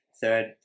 third